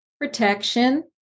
protection